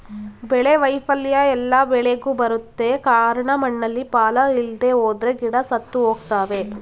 ಬೆಳೆ ವೈಫಲ್ಯ ಎಲ್ಲ ಬೆಳೆಗ್ ಬರುತ್ತೆ ಕಾರ್ಣ ಮಣ್ಣಲ್ಲಿ ಪಾಲ ಇಲ್ದೆಹೋದ್ರೆ ಗಿಡ ಸತ್ತುಹೋಗ್ತವೆ